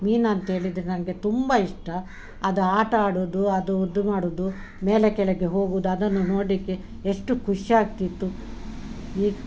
ಮೀನು ಅಂತ ಹೇಳಿದರೆ ನನಗೆ ತುಂಬಾ ಇಷ್ಟ ಅದು ಆಟ ಆಡುದು ಅದು ಉದ್ದು ಮಾಡುದು ಮೇಲೆ ಕೆಳಗೆ ಹೋಗುದು ಅದನ್ನು ನೋಡ್ಲಿಕ್ಕೆ ಎಷ್ಟು ಖುಷ್ಯಾಗ್ತಿತ್ತು ಈ